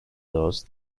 those